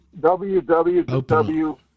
www